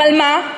אבל מה?